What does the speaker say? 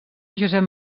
josep